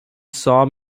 saw